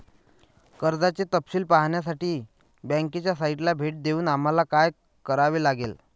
कर्जाचे तपशील पाहण्यासाठी बँकेच्या साइटला भेट देऊन आम्हाला काय करावे लागेल?